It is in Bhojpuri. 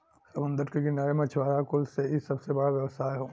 समुंदर के किनारे मछुआरा कुल से इ सबसे बड़ा व्यवसाय हौ